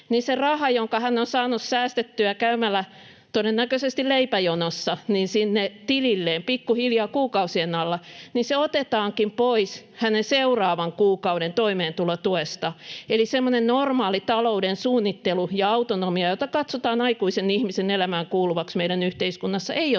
niin se raha, jonka hän on saanut säästettyä todennäköisesti käymällä leipäjonossa sinne tililleen pikkuhiljaa kuukausien aikana, otetaankin pois hänen seuraavan kuukauden toimeentulotuestaan. Eli semmoinen normaali talouden suunnittelu ja autonomia, jotka katsotaan aikuisen ihmisen elämään kuuluvaksi meidän yhteiskunnassa, ei ole